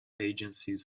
agencies